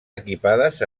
equipades